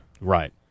Right